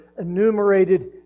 enumerated